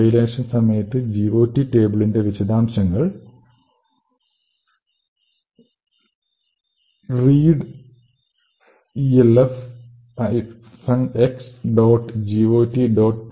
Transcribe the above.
compilation സമയത്ത് GOT ടേബിളിന്റെ വിശദാംശങ്ങൾൾ readelf - x